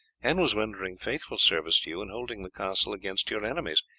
and was rendering faithful service to you in holding the castle against your enemies,